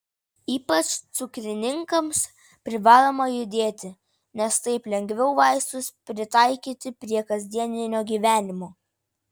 ypač cukrininkams privaloma judėti nes taip lengviau vaistus pritaikyti prie kasdienio gyvenimo